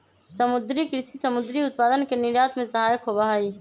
समुद्री कृषि समुद्री उत्पादन के निर्यात में सहायक होबा हई